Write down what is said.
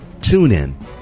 TuneIn